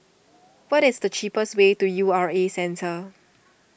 what is the cheapest way to U R A Centre